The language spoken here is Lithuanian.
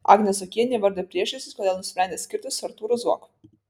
agnė zuokienė įvardijo priežastis kodėl nusprendė skirtis su artūru zuoku